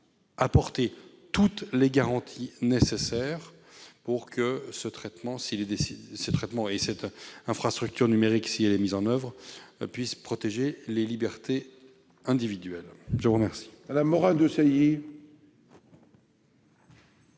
apporter toutes les garanties nécessaires pour que cette infrastructure numérique, si elle est mise en oeuvre, puisse protéger les libertés individuelles. La parole